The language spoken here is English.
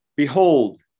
Behold